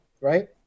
right